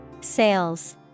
Sales